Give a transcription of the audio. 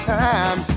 time